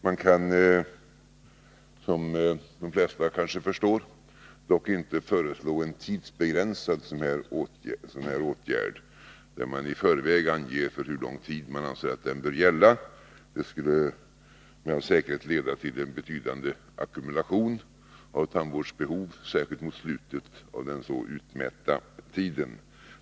Man kan, som de flesta kanske förstår, dock inte föreslå en tidsbegränsad sådan här åtgärd, där man i förväg anger för hur lång tid den bör gälla. Det skulle med all säkerhet leda till en betydande ackumulation av tandvårdsbehov, särskilt mot slutet av den så utmätta tiden.